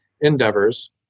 endeavors